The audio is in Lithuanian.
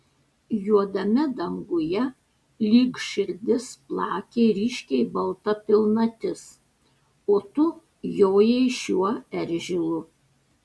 juodame danguje lyg širdis plakė ryškiai balta pilnatis o tu jojai šiuo eržilu